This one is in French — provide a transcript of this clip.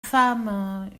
femme